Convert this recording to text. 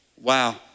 Wow